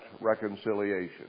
reconciliation